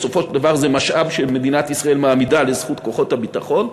בסופו של דבר זה משאב שמדינת ישראל מעמידה לזכות כוחות הביטחון.